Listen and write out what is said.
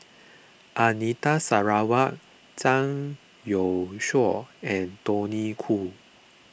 Anita Sarawak Zhang Youshuo and Tony Khoo